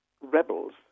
rebels